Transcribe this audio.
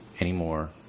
Anymore